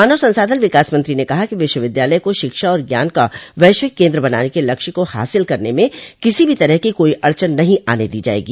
मानव संसाधन विकास मंत्री ने कहा कि विश्वविद्यालय को शिक्षा और ज्ञान का वैश्विक केन्द्र बनाने के लक्ष्य को हासिल करने में किसी भी तरह की कोइ अड़चन नहीं आन दी जायेगी